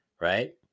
right